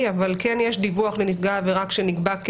כמה נשאר?